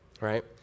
right